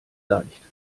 leicht